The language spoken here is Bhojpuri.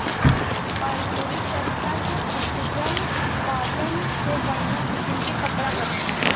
ऑर्गेनिक तरीका से उपजल कॉटन से बढ़िया किसम के कपड़ा बनेला